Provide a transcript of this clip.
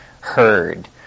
heard